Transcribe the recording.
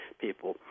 people